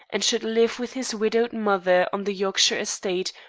and should live with his widowed mother on the yorkshire estate,